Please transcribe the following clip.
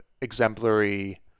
exemplary